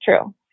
true